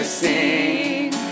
sing